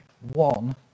one